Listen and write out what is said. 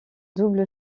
double